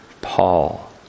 paul